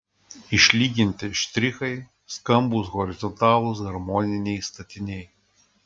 išlyginti štrichai skambūs horizontalūs harmoniniai statiniai